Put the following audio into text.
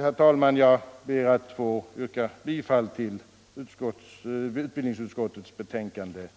Herr talman! Jag ber att få yrka bifall till utbildningsutskottets hemställan i dess betänkande